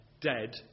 dead